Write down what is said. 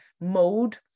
mode